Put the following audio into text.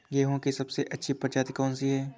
गेहूँ की सबसे अच्छी प्रजाति कौन सी है?